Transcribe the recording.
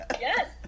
Yes